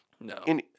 no